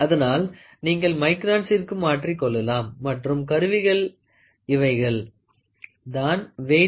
அதனால் நீங்கள் மைக்ரான்ச்சிற்கு மாற்றிக்கொள்ளலாம் மற்றும் கருவிகள் இவைகள் தான் வெய்ட்ஸ்